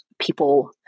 people